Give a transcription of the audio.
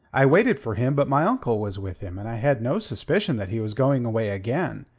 i waited for him but my uncle was with him, and i had no suspicion that he was going away again.